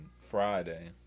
Friday